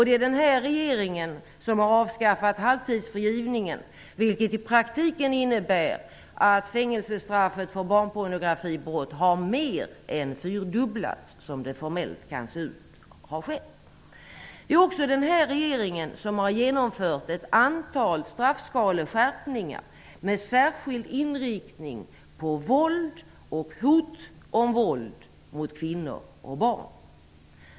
Det är den här regeringen som har avskaffat halvtidsfrigivningen, vilket i praktiken innebär att fängelsestraffet för barnpornografibrott har mer än fyrdubblats, som det formellt kan se ut. Det är också den här regeringen som har genomfört ett antal straffskaleskärpningar med särskild inriktning på våld och hot om våld mot kvinnor och barn.